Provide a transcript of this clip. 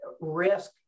risk